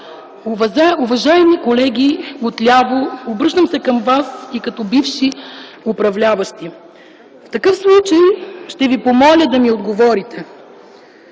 Уважаеми колеги от ляво, обръщам се към вас и като бивши управляващи, в такъв случай ще ви помоля да ми отговорите: